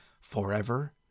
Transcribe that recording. forever